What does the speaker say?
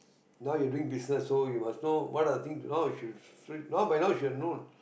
now you doing business so you must know what are the things you know now by now you should have known